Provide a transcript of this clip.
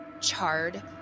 charred